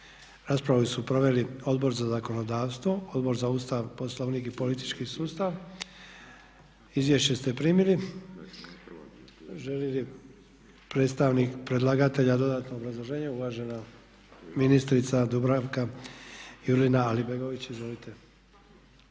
Raspravu su proveli Odbor za zakonodavstvo, Odbor za Ustav, Poslovnik i politički sustav. Izvješće ste primili. Želi li predstavnik predlagatelja dodatno obrazloženje? Uvažena ministrica Dubravka Jurina Alibegović. Izvolite.